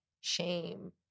shame